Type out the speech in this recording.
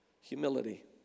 humility